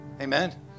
amen